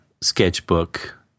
Sketchbook